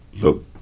look